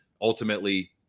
ultimately